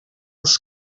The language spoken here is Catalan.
els